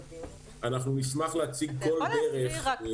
אנחנו נשמח להציג כל דרך.